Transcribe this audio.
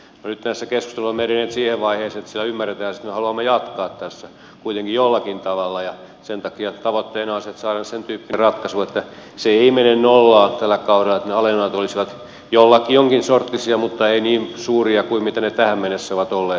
nyt näissä keskusteluissa olemme edenneet siihen vaiheeseen että siellä ymmärretään se että me haluamme jatkaa tässä kuitenkin jollakin tavalla ja sen takia tavoitteena on se että saamme sen tyyppisen ratkaisun että se ei mene nollaan tällä kaudella että ne alenemat olisivat jonkinsorttisia mutta eivät niin suuria kuin ne tähän mennessä ovat olleet